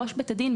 ראש בית הדין,